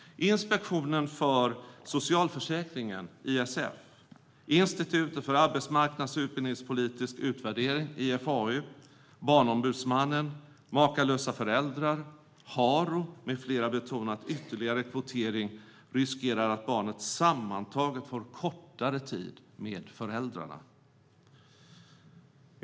Inspektionen för socialförsäkringen, ISF, Institutet för arbetsmarknads och utbildningspolitisk utvärdering, IFAU, Barnombudsmannen, Makalösa föräldrar, Haro med flera betonar att ytterligare kvotering riskerar att leda till att barnet sammantaget får kortare tid med föräldrarna.